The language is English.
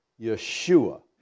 Yeshua